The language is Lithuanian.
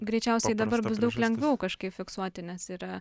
greičiausiai dabar bus daug lengviau kažkaip fiksuoti nes yra